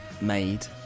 made